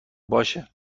باشه